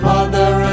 Mother